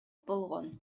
болгон